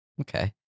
Okay